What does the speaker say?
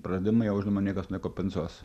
praradimai jau žinoma niekas nekompensuos